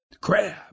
Crab